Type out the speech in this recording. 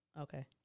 Okay